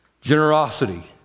Generosity